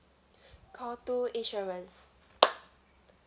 call two insurance